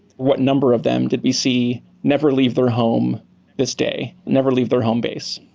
what number of them did we see never leave their home this day? never leave their home base?